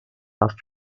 off